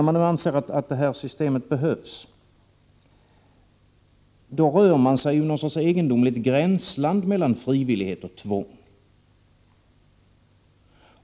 Om man nu anser att detta system behövs, rör man sig i något slags egendomligt gränsland mellan frivillighet och tvång.